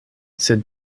sed